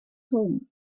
home